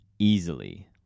Easily